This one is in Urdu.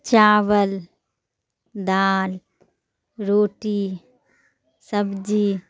چاول دال روٹی سبزی